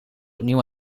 opnieuw